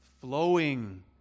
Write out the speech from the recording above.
flowing